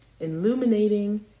illuminating